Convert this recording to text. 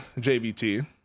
JVT